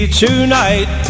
tonight